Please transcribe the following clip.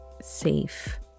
safe